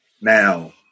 Now